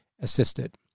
assisted